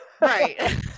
Right